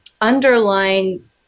underlying